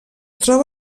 troba